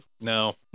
No